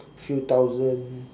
few thousand